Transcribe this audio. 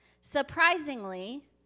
Surprisingly